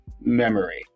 memory